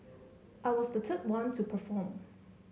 I was the third one to perform